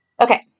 Okay